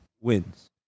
wins